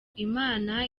imana